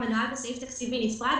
מנוהלים בסעיף תקציבי נפרד.